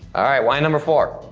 all right, wine number four.